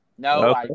No